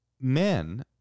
men